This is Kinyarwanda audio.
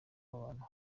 abantu